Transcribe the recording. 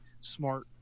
smart